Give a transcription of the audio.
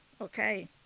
Okay